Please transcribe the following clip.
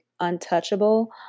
Untouchable